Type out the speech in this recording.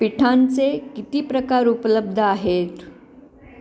पिठांचे किती प्रकार उपलब्ध आहेत